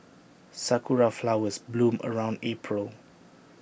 Sakura Flowers bloom around April